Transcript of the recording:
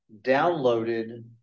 downloaded